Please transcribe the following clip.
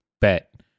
Bet